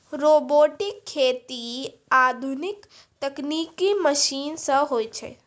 robotic खेती आधुनिक तकनिकी मशीन से हुवै छै